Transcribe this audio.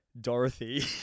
Dorothy